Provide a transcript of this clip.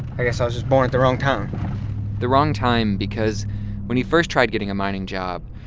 i guess i was just born at the wrong time the wrong time because when he first tried getting a mining job,